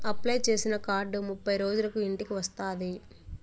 apply చేసిన card ముప్పై రోజులకు ఇంటికి వస్తాది